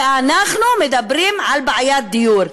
ואנחנו מדברים על בעיית דיור.